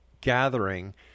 gathering